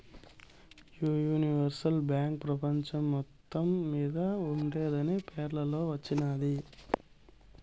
ఈ universal bank పెపంచం మొత్తం మింద ఉండేందని పేపర్లో వచిన్నాది